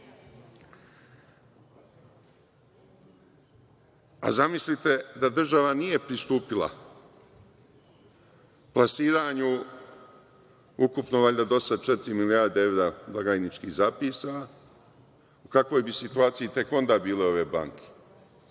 državi. Zamislite da država nije pristupila plasiranju ukupno valjda do sad četiri milijarde evra blagajničkih zapisa, u kakvoj bi situaciji tek onda bile ove banke.